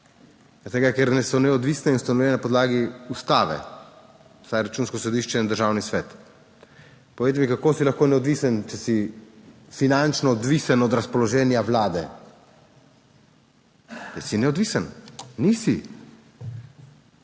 tega, ker so neodvisne in ustanovljene na podlagi Ustave, vsaj Računsko sodišče in Državni svet, povejte mi, kako si lahko neodvisen, če si finančno odvisen od razpoloženja Vlade. Ali si neodvisen? Nisi.